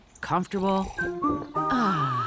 comfortable